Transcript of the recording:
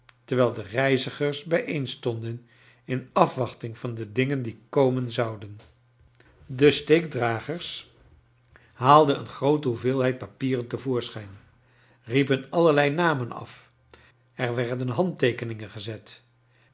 terwijl de reizigers bijeenstonden in afwachting van de dingen die komen zouden de steekdragers haalden een groote hoeveelheid papieren te voorschijn riepen allerlei namen af er werden handteekenmgen gezet